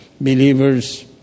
believers